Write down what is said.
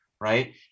right